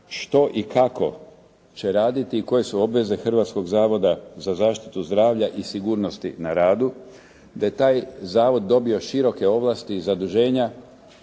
što i kako će raditi i koje su obveze Hrvatskog zavoda za zaštitu zdravlja i sigurnosti na radu. Da je taj Zavod dobio široke ovlasti i zaduženja